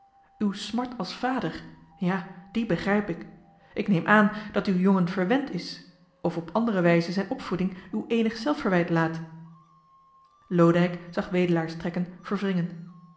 uw smart als vader ja die begrijp ik ik neem aan dat uw jongen verwend is of op andere wijze zijn opvoeding u eenig zelfverwijt laat